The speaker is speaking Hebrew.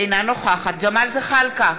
אינה נוכחת ג'מאל זחאלקה,